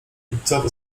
lipcowe